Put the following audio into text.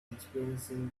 experiencing